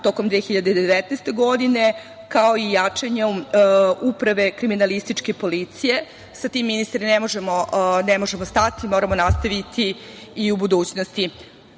tokom 2019. godine, kao i jačanje Uprave kriminalističke policije. Sa tim, ministre, ne možemo stati moramo nastaviti i u budućnosti. Na